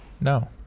no